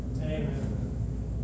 Amen